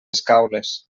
escaules